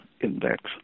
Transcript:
index